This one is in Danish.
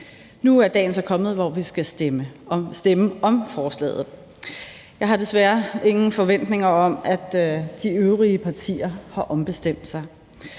Nu er dagen så kommet, hvor vi skal stemme om forslaget. Jeg har desværre ingen forventninger om, at de øvrige partier har ombestemt sig,